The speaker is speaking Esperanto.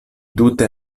tute